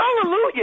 Hallelujah